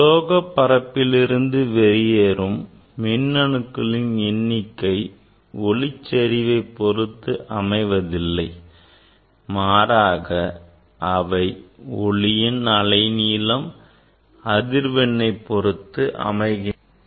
உலோகப் பரப்பிலிருந்து வெளியேறும் மின்னணுக்களின் எண்ணிக்கை ஒளிச்செறிவைப் பொறுத்து அமைவதில்லை மாறாக அவை ஒளியின் அலைநீளம் அதிர்வெண்ணை பொறுத்து அமைகின்றன